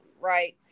right